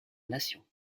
nation